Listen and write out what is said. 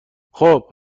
خوب